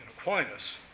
Aquinas